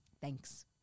Thanks